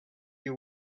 you